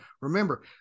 Remember